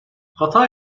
hata